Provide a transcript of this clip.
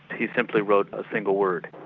he simply wrote a single word,